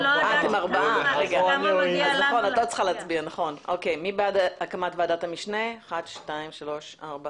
הצבעה בעד הקמת ועדת המשנה פה אחד הקמת ועדת המשנה אושרה.